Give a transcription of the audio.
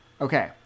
Okay